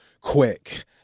quick